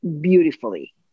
beautifully